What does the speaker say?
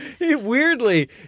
Weirdly